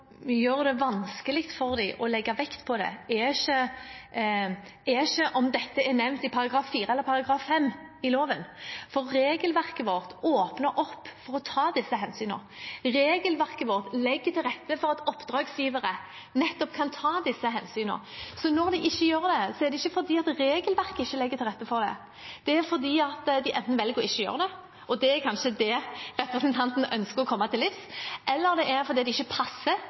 gjør det vanskelig for dem å legge vekt på det, er ikke om dette er nevnt i § 4 eller § 5 i loven, for regelverket vårt åpner opp for å ta disse hensynene, og regelverket vårt legger til rette for at oppdragsgivere kan ta disse hensynene. Så når de ikke gjør det, er det ikke fordi regelverket ikke legger til rette for det, det er fordi en velger ikke å gjøre det – og det er kanskje det representanten ønsker å komme til livs. Det kan også være fordi det ikke passer